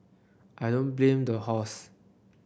I don't blame the horse